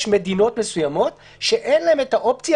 יש מדינות מסוימות שאין להן את האופציה